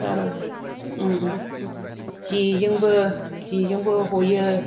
र' र' जेजोंबो जेजोंबो हयो